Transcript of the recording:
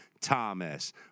Thomas